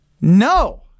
No